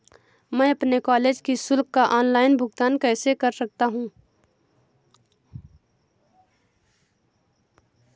मैं अपने कॉलेज की शुल्क का ऑनलाइन भुगतान कैसे कर सकता हूँ?